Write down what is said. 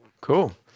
Cool